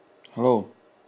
hello